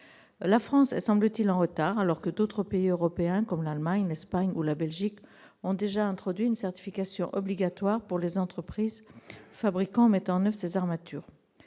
La France est semble-t-il en retard sur ce plan, alors que d'autres pays européens, comme l'Allemagne, l'Espagne ou la Belgique, ont déjà introduit une certification obligatoire pour les entreprises fabriquant ou mettant en oeuvre ces armatures.